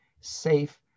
safe